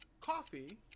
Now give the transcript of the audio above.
coffee